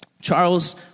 Charles